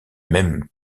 même